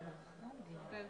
בינואר 2018 על המט"ש שהוקם על ידי